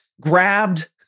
grabbed